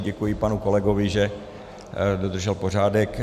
Děkuji i panu kolegovi, že dodržel pořádek.